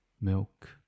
milk